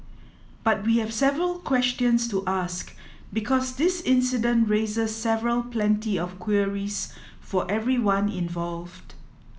but we have several questions to ask because this incident raises several plenty of queries for everyone involved